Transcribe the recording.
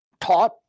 taught